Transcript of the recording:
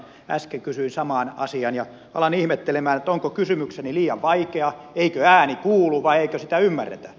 äsken kysyin saman asian ja alan ihmettelemään onko kysymykseni liian vaikea eikö ääni kuulu vai eikö sitä ymmärretä